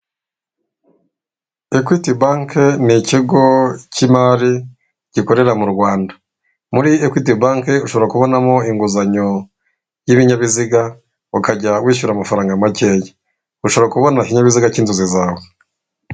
Equity bank ni ikigo cy'imari gikorera mu rwanda muri equity bank ushobora kubonamo inguzanyo y'ibinyabiziga ukajya wishyura amafaranga makeya ushobora kubona ikinyabiziga cy'inzozi zawe .